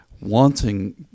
wanting